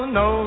no